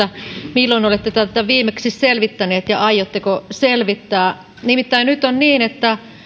milloin olette tätä tätä viimeksi selvittänyt ja aiotteko selvittää nimittäin nyt on niin että